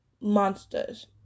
Monsters